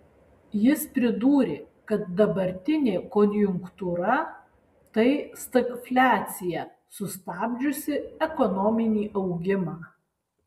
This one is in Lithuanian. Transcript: jis pridūrė kad dabartinė konjunktūra tai stagfliacija sustabdžiusi ekonominį augimą